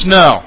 no